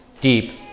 deep